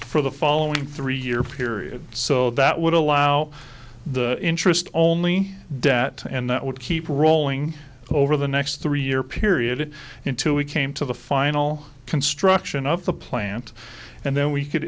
for the following three year period so that would allow the interest only debt and that would keep rolling over the next three year period until we came to the final construction of the plant and then we could